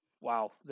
Wow